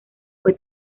fue